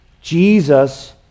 Jesus